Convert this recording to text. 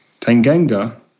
Tanganga